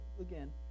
again